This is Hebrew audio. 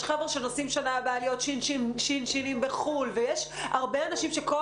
יש חבר'ה שנוסעים בשנה הבאה להיות ש"ש בחו"ל ויש הרבה אנשים שכל